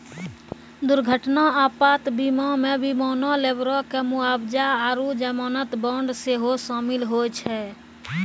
दुर्घटना आपात बीमा मे विमानो, लेबरो के मुआबजा आरु जमानत बांड सेहो शामिल होय छै